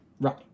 Right